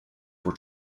were